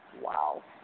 wow